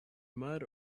mud